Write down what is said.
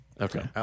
Okay